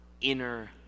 inner